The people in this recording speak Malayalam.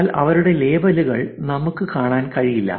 എന്നാൽ അവരുടെ ലേബലുകൾ നമുക്ക് കാണാൻ കഴിയില്ല